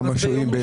כמה שוהים,